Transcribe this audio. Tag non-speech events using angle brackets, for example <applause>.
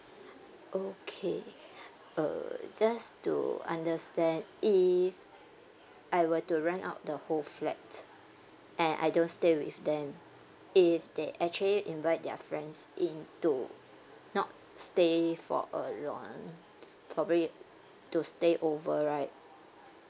okay <breath> uh just to understand if I were to rent out the whole flat and I don't stay with them if they actually invite their friends in to not stay for a long probably to stay over right